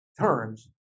turns